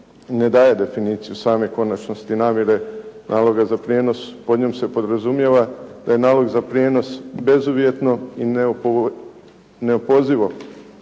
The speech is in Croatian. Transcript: ne daje definiciju same konačnosti namire naloga za prijenos, pod njim se podrazumijeva da je nalog za prijenos bezuvjetno i neopozivo